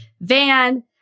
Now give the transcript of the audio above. Van